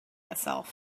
itself